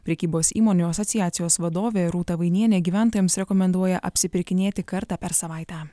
prekybos įmonių asociacijos vadovė rūta vainienė gyventojams rekomenduoja apsipirkinėti kartą per savaitę